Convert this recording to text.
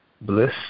bliss